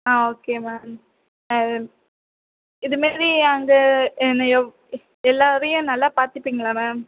ஆ okay ma'am ஆ இதில் இதுமாதிரி அங்கே எல்லாரையும் நல்லா பார்த்துப்பிங்ளா மேம்